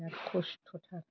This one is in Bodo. बेराद खस्थ'थार